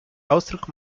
ausdruck